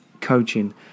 coaching